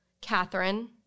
Catherine